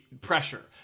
pressure